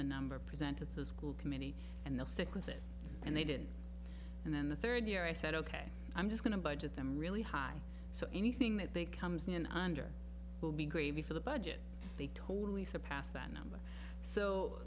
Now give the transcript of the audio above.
a number present at the school committee and they'll stick with it and they did and then the third year i said ok i'm just going to budget them really high so anything that they comes in under will be gravy for the budget they totally surpassed that number so